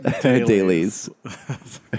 dailies